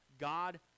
God